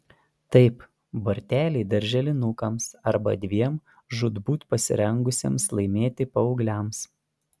taip borteliai darželinukams arba dviem žūtbūt pasirengusiems laimėti paaugliams